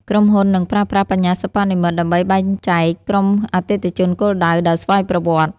ក្រុមហ៊ុននឹងប្រើប្រាស់ បញ្ញាសិប្បនិម្មិត ដើម្បីបែងចែកក្រុមអតិថិជនគោលដៅដោយស្វ័យប្រវត្តិ។